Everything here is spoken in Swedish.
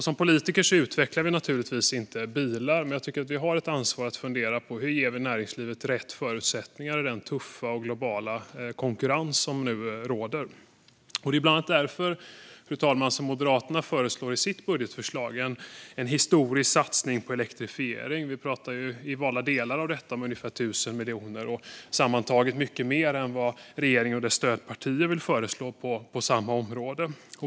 Som politiker utvecklar vi naturligtvis inte bilar. Men jag tycker att vi har ett ansvar att fundera på hur vi ger näringslivet rätt förutsättningar i den tuffa globala konkurrens som nu råder. Det är bland annat därför, fru talman, som Moderaterna i sitt budgetförslag föreslår en historisk satsning på elektrifiering. Vi talar i valda delar av detta om ungefär 1 000 miljoner, sammantaget mycket mer än vad regeringen och stödpartierna föreslår.